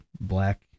black